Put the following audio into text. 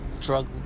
drug